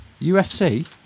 UFC